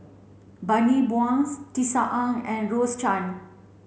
Bani Buang Tisa Ng and Rose Chan